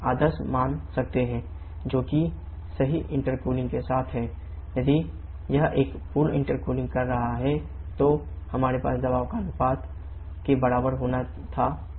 यदि यह एक पूर्ण इंटेरकूलिंग कर रहा है तो हमारे पास दबाव अनुपात के बराबर होना है अर्थात